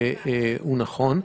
נכון וסביר.